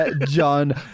John